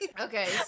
Okay